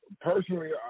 Personally